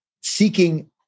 seeking